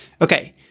Okay